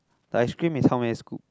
the ice cream is how many scoop